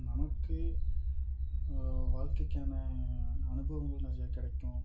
நமக்கு வாழ்க்கைக்கான அனுபவம் கொஞ்சம் கிடைக்கும்